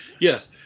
yes